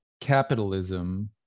capitalism